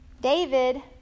David